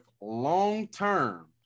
long-term